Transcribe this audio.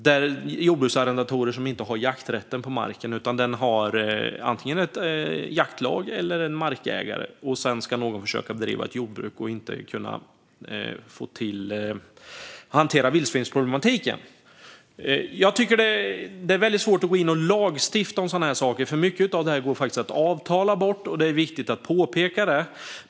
De har inte jakträtten på marken, utan den har antingen ett jaktlag eller en markägare. Sedan ska någon försöka driva ett jordbruk utan att kunna hantera vildsvinsproblematiken. Det är väldigt svårt att gå in och lagstifta om sådana här saker. Mycket av det går faktiskt att avtala bort - det är viktigt att påpeka det.